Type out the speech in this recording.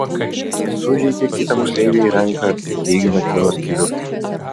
jis sužeidė kitą moksleivį į ranką kaip teigiama kilus kivirčui